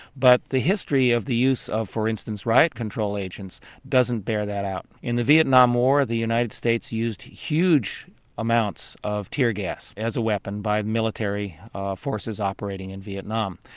but the history of the use of for instance riot control agents doesn't bear that out. in the vietnam war the united states used huge amounts of tear gas as a weapon by military forces operating in vietnam.